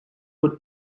would